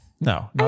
No